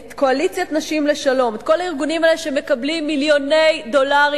את "קואליציית נשים לשלום" את כל הארגונים האלה שמקבלים מיליוני דולרים